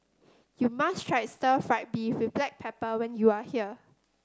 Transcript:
you must try Stir Fried Beef with Black Pepper when you are here